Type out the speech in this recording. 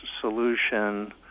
solution